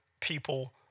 people